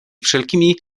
wszelkimi